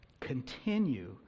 continue